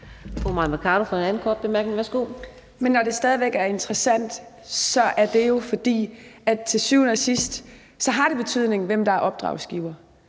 Men når det stadig væk er interessant, er det jo, fordi det til syvende og sidst har betydning, hvem der er opdragsgiver.